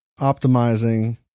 optimizing